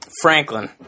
Franklin